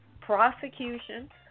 prosecution